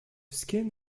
skin